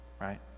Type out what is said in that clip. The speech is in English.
Right